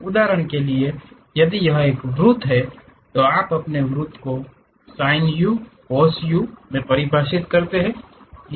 उदाहरण के लिए यदि यह एक वृत्त है तो आप अपने वृत्त को साइन u कोस u मे परिभाषित करते हैं